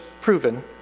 proven